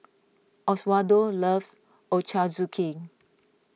Oswaldo loves Ochazuke